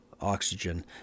oxygen